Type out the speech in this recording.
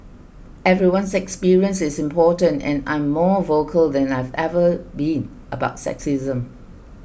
everyone's experience is important and I'm more vocal than I've ever been about sexism